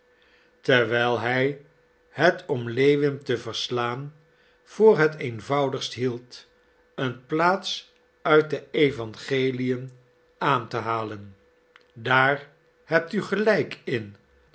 terwijl hij het om lewin te verslaan voor het eenvoudigst hield een plaats uit de evangeliën aan te halen daar heeft u gelijk in